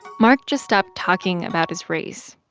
mark just stopped talking about his race.